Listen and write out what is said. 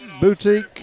boutique